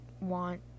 want